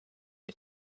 you